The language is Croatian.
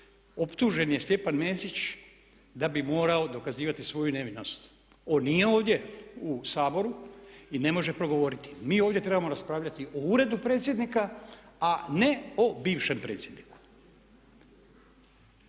Optužen je Stjepan Mesić da bi moramo dokazivati svoju nevinost. On nije ovdje u Saboru i ne može progovoriti. Mi ovdje trebamo raspravljati o uredu predsjednika a ne o bivšem predsjedniku.